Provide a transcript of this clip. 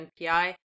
NPI